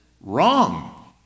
wrong